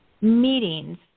meetings